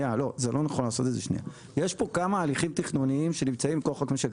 יש פה כמה הליכים תכנוניים שנמצאים מכוח חוק משק הגז הטבעי.